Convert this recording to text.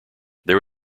there